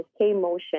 KMotion